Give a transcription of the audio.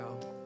go